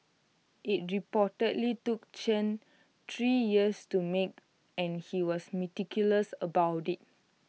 IT reportedly took Chen three years to make and he was meticulous about IT